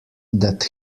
that